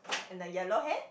and the yellow hat